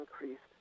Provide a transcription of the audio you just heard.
increased